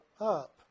up